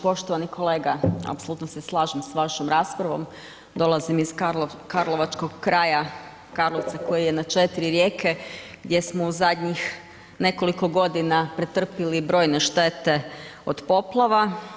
Poštovani kolega apsolutno se slažem s vašom raspravom, dolazim iz karlovačkog kraja, Karlovca koji je na četiri rijeke gdje smo u zadnjih nekoliko godina pretrpjeli brojne štete od poplava.